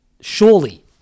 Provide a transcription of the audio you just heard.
Surely